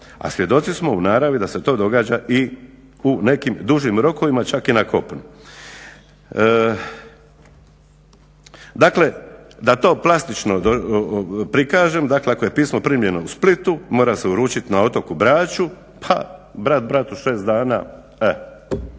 a svjedoci smo u naravi da se to događa i u nekim dužim rokovima, čak i na kopnu. Dakle da to plastično prikažem, dakle ako je pismo primljeno u Splitu mora se uručit na otoku Braču pa brat bratu 6 dana, to